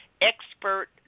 expert